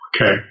Okay